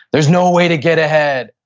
there's no way to get ahead.